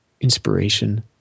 inspiration